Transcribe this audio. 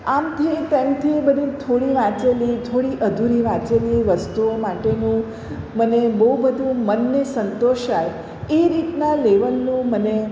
આમથી તેમથી બધું થોડી વાંચેલી થોડી અધૂરી વાંચેલી વસ્તુઓ માટેનું મને બહુ બધું મનને સંતોષાય એ રીતના લેવલનું મને